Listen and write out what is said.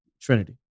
Trinity